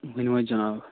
ؤنِو حظ جناب